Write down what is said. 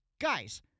Guys